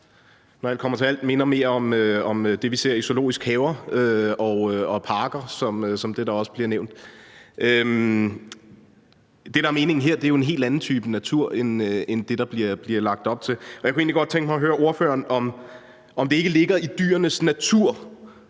når alt kommer til alt, nok minder mere om det, vi ser i zoologiske haver og parker, som der også bliver nævnt. Det, der er meningen her, er jo en helt anden type natur end det, der bliver lagt op til, og jeg kunne egentlig godt tænke mig at høre ordføreren, om det ikke ligger i dyrenes natur